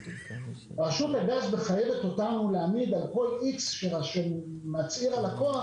רשות הגז מחייבת אותנו להעמיד על כל איקס שמצהיר הלקוח,